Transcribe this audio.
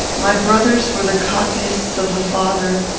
my brothers were the copyists of the father,